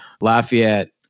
Lafayette